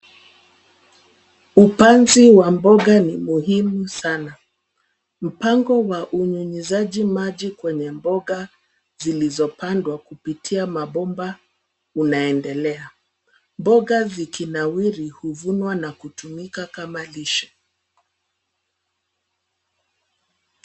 Upanzi wa mboga ni muhimu sana, mpango wa unyunyizaji maji kwenye mboga, zilizopandwa, kupitia mabomba, unaendelea. Mboga zikinawiri, huvunwa na kutumika kama lishe.